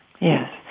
Yes